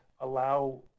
allow